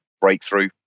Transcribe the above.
breakthrough